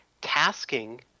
tasking